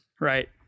right